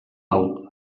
hau